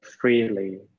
freely